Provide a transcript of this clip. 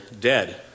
dead